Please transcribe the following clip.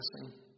blessing